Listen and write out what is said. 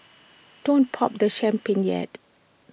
don't pop the champagne yet